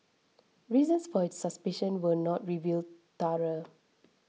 reasons for its suspicion were not revealed through